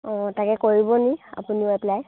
অঁ তাকে কৰিব নি আপুনিও এপ্লাই